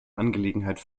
angelegenheit